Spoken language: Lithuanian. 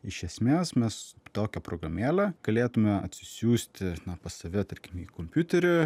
iš esmės mes tokią programėlę galėtume atsisiųsti pas save tarkim į kompiuterį